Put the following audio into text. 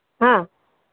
ହଁ